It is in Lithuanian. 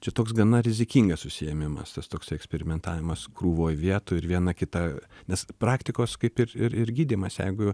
čia toks gana rizikingas užsiėmimas tas toks eksperimentavimas krūvoj vietų ir vieną kitą nes praktikos kaip ir ir ir gydymas jeigu